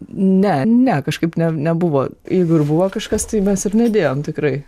ne ne kažkaip ne nebuvo jeigu ir buvo kažkas tai mes ir nedėjom tikrai